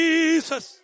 Jesus